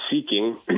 seeking